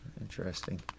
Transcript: interesting